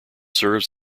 serves